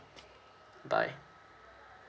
bye